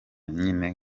nyine